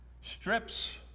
strips